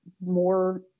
more